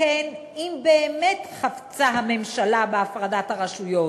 שהרי אם באמת חפצה הממשלה בהפרדת הרשויות,